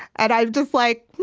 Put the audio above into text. and i'm just like,